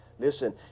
Listen